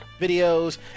videos